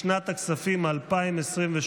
לשנת הכספים 2023,